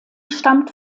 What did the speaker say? stammt